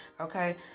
okay